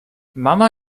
mama